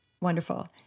wonderful